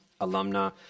alumna